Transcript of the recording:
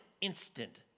instant